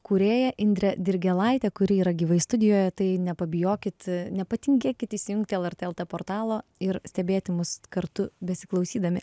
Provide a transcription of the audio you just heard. kūrėja indre dirgėlaite kuri yra gyvai studijoje tai nepabijokit nepatingėkit įsijungt lrt lt portalo ir stebėti mus kartu besiklausydami